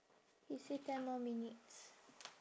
he say ten more minutes